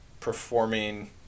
performing